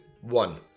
one